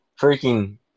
freaking